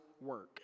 work